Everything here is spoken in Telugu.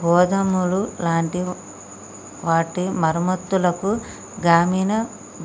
గోదాములు లాంటి వాటి మరమ్మత్తులకు గ్రామీన